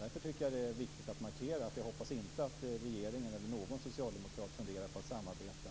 Därför tycker jag att det är viktigt att markera att jag inte hoppas att regeringen eller någon socialdemokrat funderar på att samarbeta